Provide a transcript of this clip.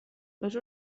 les